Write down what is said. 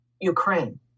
ukraine